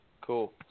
Cool